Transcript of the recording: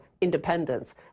independence